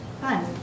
fun